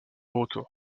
retour